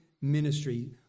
ministry